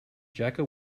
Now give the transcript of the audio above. jaka